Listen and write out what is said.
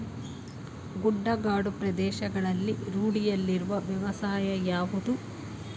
ಗುಡ್ಡಗಾಡು ಪ್ರದೇಶಗಳಲ್ಲಿ ರೂಢಿಯಲ್ಲಿರುವ ವ್ಯವಸಾಯ ಯಾವುದು?